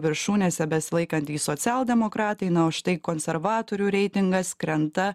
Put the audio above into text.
viršūnėse besilaikantys socialdemokratai na o štai konservatorių reitingas krenta